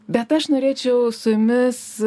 bet aš norėčiau su jumis